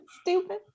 Stupid